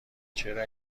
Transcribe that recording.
چرا